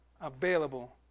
available